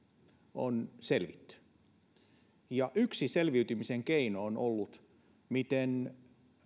on selvitty yksi selviytymisen keino on ollut miten